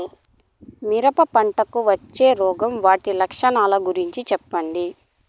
మిరప పంటకు వచ్చే రోగం వాటి లక్షణాలు గురించి చెప్పండి?